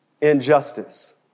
injustice